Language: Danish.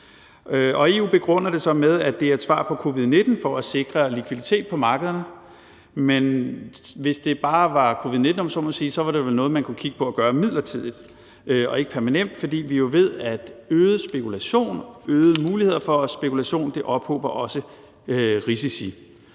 EU begrunder det så med, at det er et svar på covid-19, altså for at sikre likviditet på markederne, men hvis det bare var på grund af covid-19, om jeg så må sige, så var det vel noget, man kunne kigge på at gøre midlertidigt og ikke permanent, fordi vi jo ved, at øget spekulation og øgede muligheder for spekulation også ophober risici.